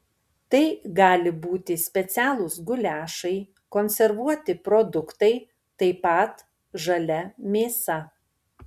tai gali būti specialūs guliašai konservuoti produktai taip pat žalia mėsa